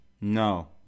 No